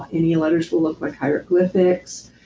any letters will look like hieroglyphics.